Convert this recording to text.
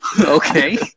Okay